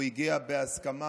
והוא הגיע בהסכמה,